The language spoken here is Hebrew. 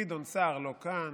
גדעון סער לא כאן,